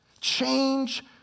Change